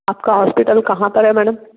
आपका हॉस्पिटल कहाँ पर है मैडम